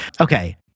Okay